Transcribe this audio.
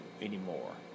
anymore